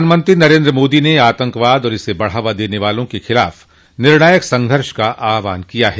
प्रधानमंत्री नरेन्द्र मोदी ने आतंकवाद और इसे बढ़ावा देने वालों के खिलाफ निर्णायक संघर्ष का आह्वान किया है